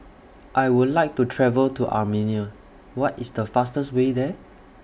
I Would like to travel to Armenia What IS The fastest Way There